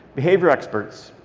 behavior experts,